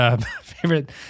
favorite